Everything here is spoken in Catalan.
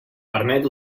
permet